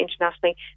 internationally